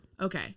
Okay